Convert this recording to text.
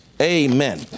Amen